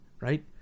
Right